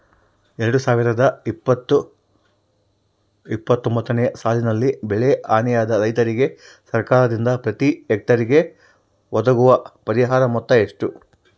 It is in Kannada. ಎರಡು ಸಾವಿರದ ಇಪ್ಪತ್ತು ಇಪ್ಪತ್ತೊಂದನೆ ಸಾಲಿನಲ್ಲಿ ಬೆಳೆ ಹಾನಿಯಾದ ರೈತರಿಗೆ ಸರ್ಕಾರದಿಂದ ಪ್ರತಿ ಹೆಕ್ಟರ್ ಗೆ ಒದಗುವ ಪರಿಹಾರ ಮೊತ್ತ ಎಷ್ಟು?